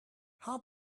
how